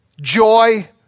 joy